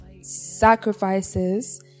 sacrifices